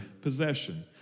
possession